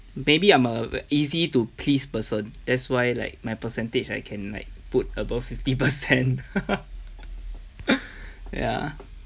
maybe I'm a easy to please person that's why like my percentage I can like put above fifty percent ya